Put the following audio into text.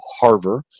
Harvard